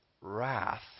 wrath